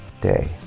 day